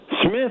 Smith